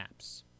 apps